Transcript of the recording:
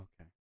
Okay